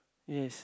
yes